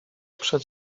przed